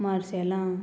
मार्सेलां